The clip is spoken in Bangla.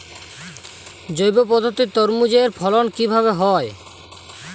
জৈব পদ্ধতিতে তরমুজের ফলন কিভাবে হয়?